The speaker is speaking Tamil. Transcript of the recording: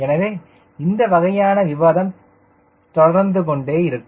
எனவே இந்த வகையான விவாதம் தொடரும்